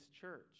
church